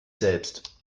selbst